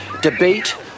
Debate